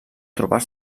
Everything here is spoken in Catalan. trobar